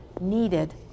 needed